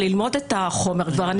ללמוד את החומר כבר,